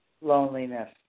loneliness